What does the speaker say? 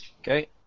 Okay